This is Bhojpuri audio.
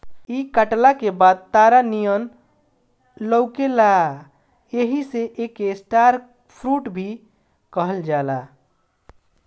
इ कटला के बाद तारा नियन लउकेला एही से एके स्टार फ्रूट भी कहल जाला